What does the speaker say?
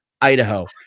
Idaho